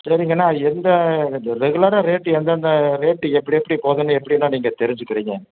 சரிங்கண்ணா எந்த ரெகுலராக ரேட்டு எந்தந்த ரேட்டு எப்படி எப்படி போகுதுன்னு எப்படி அண்ணா நீங்கள் தெரிஞ்சிக்குவிங்க